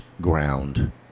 ground